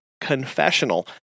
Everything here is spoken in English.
CONFESSIONAL